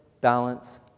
balance